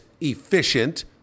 efficient